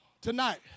tonight